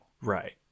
Right